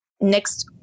next